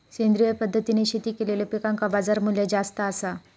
सेंद्रिय पद्धतीने शेती केलेलो पिकांका बाजारमूल्य जास्त आसा